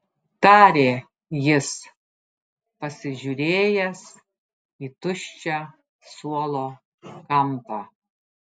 tarė jis pasižiūrėjęs į tuščią suolo kampą